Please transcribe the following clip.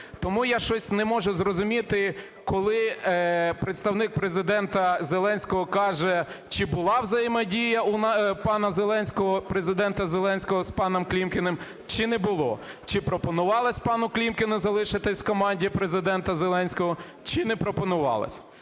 Тому я щось не можу зрозуміти, коли Представник Президента Зеленського каже, чи була взаємодія у пана Зеленського, Президента Зеленського з паном Клімкіним, чи не було, чи пропонувалось пану Клімкіну залишитись в команді Президента Зеленського, чи не пропонувалось.